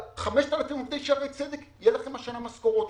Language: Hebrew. ל-5,000 עובדי שערי צדק: יהיה לכם השנה משכורות.